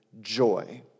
joy